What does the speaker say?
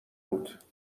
بود